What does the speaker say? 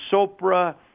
Sopra